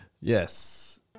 Yes